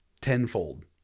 tenfold